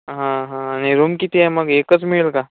हां हां आणि रूम किती आहे मग एकच मिळेल का